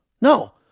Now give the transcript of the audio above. No